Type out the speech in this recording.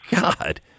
God